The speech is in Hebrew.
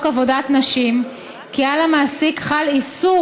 עבודת נשים כי על המעסיק חל איסור